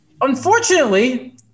unfortunately